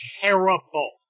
terrible